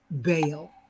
bail